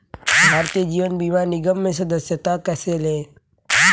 भारतीय जीवन बीमा निगम में सदस्यता कैसे लें?